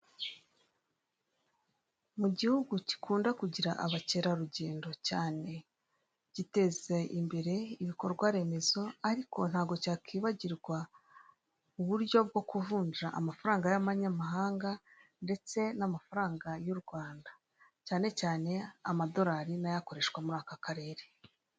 Mugihugu gikunda kugira abakerarugendo cyane giteze imbere ibikorwaremezo ariko ntago cyakwibagirwa uburyo bwo kuvunja amafaranga y'amanyamahanga ndetse n'amafaranga y'urwanda cyane cyane amadorali nayo akoreshwa muraka karere.